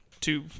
two